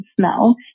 smell